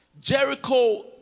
Jericho